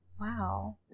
Wow